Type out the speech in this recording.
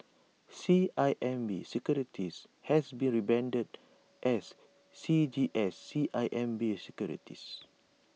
C I M B securities has been rebranded as C G S C I M B securities